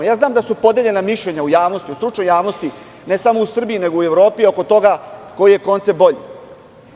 Znam da su podeljena mišljenja u javnosti, u stručnoj javnosti ne samo u Srbiji nego i u Evropi oko toga koji je koncept bolji?